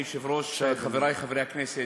אדוני היושב-ראש, חברי חברי הכנסת,